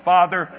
Father